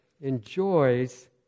enjoys